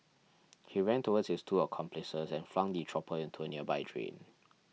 he ran towards his two accomplices and flung the chopper into a nearby drain